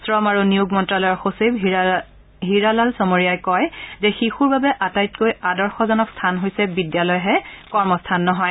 শ্ৰম আৰু নিয়োগ মন্ত্ৰালয়ৰ সচিব হীৰালাল চমৰীয়া কয় যে শিশুৰ বাবে আটাইতকৈ আদৰ্শজনক স্থান হৈছে বিদ্যালয়হে কৰ্মস্থান নহয়